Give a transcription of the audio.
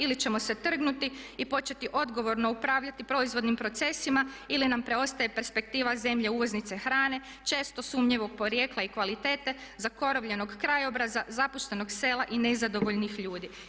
Ili ćemo se trgnuti i početi odgovorno upravljati proizvodnim procesima ili nam preostaje perspektiva zemlje uvoznice hrane često sumnjivog porijekla i kvalitete zakorovljenog krajobraza, zapuštenog sela i nezadovoljnih ljudi.